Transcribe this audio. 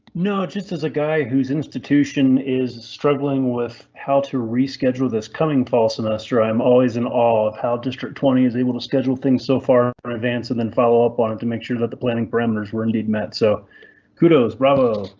no, just as a guy who's institution is struggling with how to reschedule this coming fall semester. i'm always in awe of how district twenty is able to schedule things so far in advance and then follow up on it to make sure that the planning parameters were indeed met. so kudos, bravo,